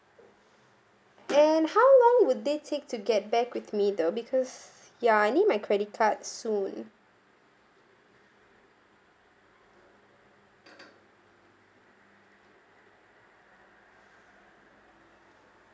and how long would they take to get back with me the because ya I need my credit card soon